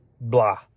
blah